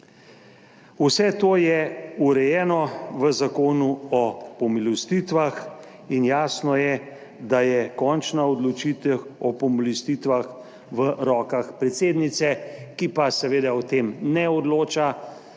Vse to je urejeno v zakonu o pomilostitvah in jasno je, da je končna odločitev o pomilostitvah v rokah predsednice. Ki pa seveda o tem ne odloča